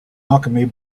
alchemy